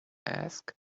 ask